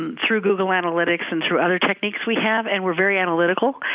and through google analytics and through other techniques we have. and we're very analytical,